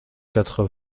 quatre